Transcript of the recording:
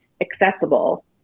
accessible